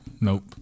Nope